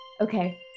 Okay